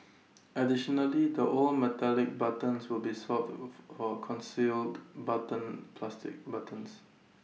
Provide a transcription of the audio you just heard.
additionally the old metallic buttons will be swapped out for concealed button plastic buttons